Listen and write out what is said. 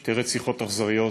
שתי רציחות אכזריות,